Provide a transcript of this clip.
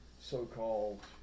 so-called